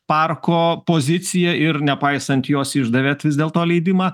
parko poziciją ir nepaisant jos išdavėt vis dėl to leidimą